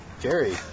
Jerry